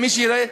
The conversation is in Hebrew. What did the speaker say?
מי שיראה,